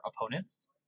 opponents